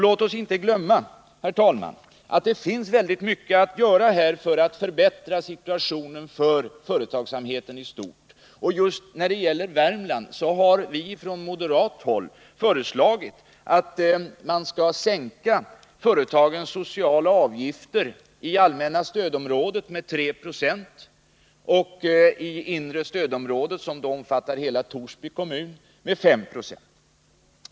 Låt oss inte glömma, herr talman, att det finns mycket att göra för att förbättra situationen för företagsamheten i stort. Just när det gäller Värmland har vi från moderat håll föreslagit att man skall sänka företagens sociala avgifter i allmänna stödområdet med 3 96 och i inre stödområdet, som omfattar hela Torsby kommun, med 5 96.